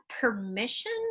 permission